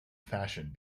fashioned